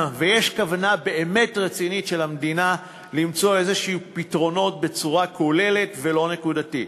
יש כוונה באמת רצינית של המדינה למצוא פתרונות בצורה כוללת ולא נקודתית.